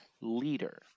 leader